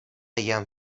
jam